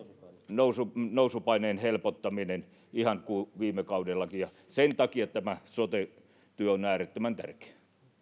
nousupaineen helpottaminen ihan kuin viime kaudellakin ja sen takia tämä sote työ on äärettömän tärkeää